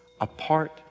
apart